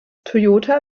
toyota